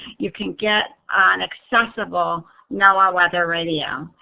you can get an accessible noaa weather radio.